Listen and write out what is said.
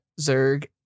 Zerg